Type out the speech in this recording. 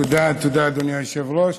תודה, אדוני היושב-ראש.